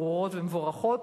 ברורות ומבורכות,